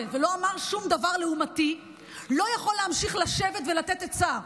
ולא אמר שום דבר לעומתי לא יכול להמשיך לשבת ולתת עצה.